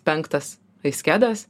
penktas aiskedas